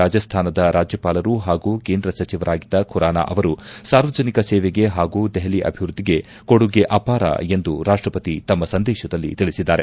ರಾಜಸ್ತಾನದ ರಾಜ್ಯಪಾಲರು ಹಾಗೂ ಕೇಂದ್ರ ಸಚಿವರಾಗಿದ್ದ ಖುರಾನ ಅವರು ಸಾರ್ವಜನಿಕ ಸೇವೆಗೆ ಹಾಗೂ ದೆಹಲಿ ಅಭಿವೃದ್ಧಿಗೆ ಕೊಡುಗೆ ಅಪಾರ ಎಂದು ರಾಷ್ಟಪತಿ ತಮ್ಮ ಸಂದೇಶದಲ್ಲಿ ತಿಳಿಸಿದ್ದಾರೆ